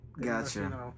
Gotcha